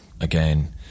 Again